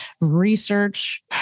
research